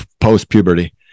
post-puberty